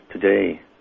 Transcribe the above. today